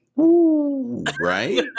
right